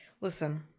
listen